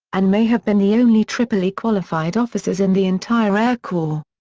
and may have been the only triply qualified officers in the entire air corps.